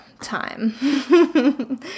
time